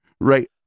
Right